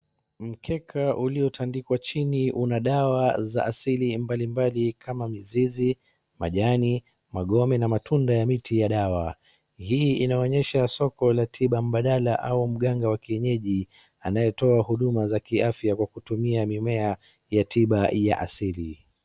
Mkeka uliotandikwa chini una dawa za asili mbalimbali kama mizizi, majani, magome na matunda ya miti ya dawa. Hii inaonyesha soko la tiba mbadala au mganga wa kienyeji anayetoa huduma za kiafaya kwa kutumia mimea ya tiba ya asili.